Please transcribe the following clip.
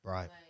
Right